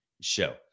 show